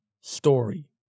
story